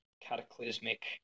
cataclysmic